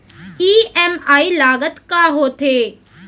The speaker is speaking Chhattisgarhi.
ई.एम.आई लागत का होथे?